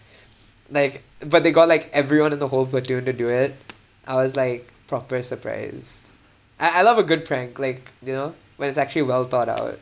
like but they got like everyone in the whole platoon to do it I was like proper surprised I I love a good prank like you know when it's actually well thought out